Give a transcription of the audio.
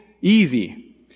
easy